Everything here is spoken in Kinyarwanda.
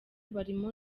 barimo